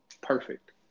perfect